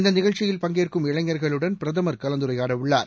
இந்த நிகழ்ச்சியில் பங்கேற்கும் இளைஞர்களுடனும் பிரதமர் கலந்துரையாட உள்ளார்